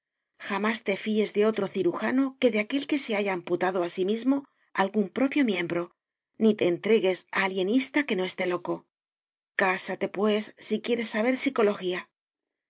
jamás te fíes de otro cirujano que de aquel que se haya amputado a sí mismo algún propio miembro ni te entregues a alienista que no esté loco cásate pues si quieres saber psicología